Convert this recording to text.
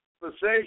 conversation